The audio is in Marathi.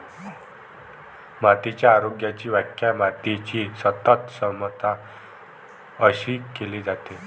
मातीच्या आरोग्याची व्याख्या मातीची सतत क्षमता अशी केली जाते